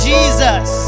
Jesus